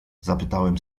zapytałem